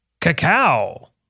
cacao